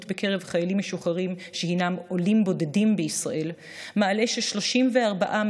בקרב חיילים משוחררים שהם עולים בודדים בישראל העלה ש-34%